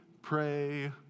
pray